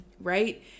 right